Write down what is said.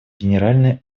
генеральной